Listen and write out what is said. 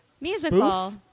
musical